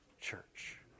church